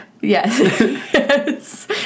Yes